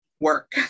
work